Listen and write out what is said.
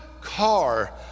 car